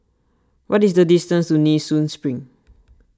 what is the distance to Nee Soon Spring